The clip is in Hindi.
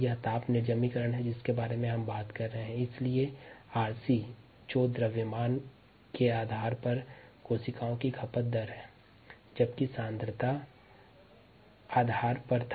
यह ताप निर्जमिकरण पर आधारित है 𝑟𝑐 जो कि द्रव्यमान के आधार पर कोशिका की रेट ऑफ़ कंसम्पशन है जबकि 𝑟𝑑 सांद्रता पर आधारित था